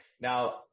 Now